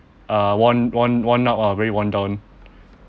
uh worn worn worn out ah very worn down